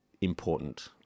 important